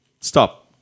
Stop